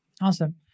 Awesome